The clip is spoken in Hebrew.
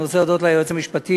אני רוצה להודות ליועץ המשפטי,